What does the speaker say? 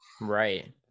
Right